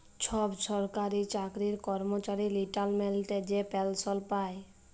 ছব সরকারি চাকরির কম্মচারি রিটায়ারমেল্টে যে পেলসল পায়